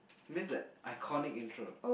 we missed that iconic intro